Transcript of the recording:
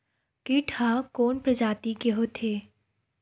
कीट ह कोन प्रजाति के होथे?